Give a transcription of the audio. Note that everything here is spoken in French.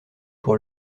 pour